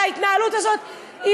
על ההתנהלות הזאת,